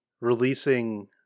releasing